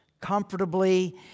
comfortably